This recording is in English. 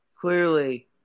clearly